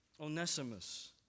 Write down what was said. Onesimus